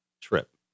trip